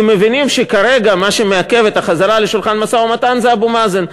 כי מבינים שכרגע מה שמעכב את החזרה לשולחן המשא-ומתן זה אבו מאזן.